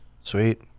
Sweet